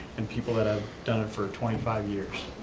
and people that have done it for twenty five years.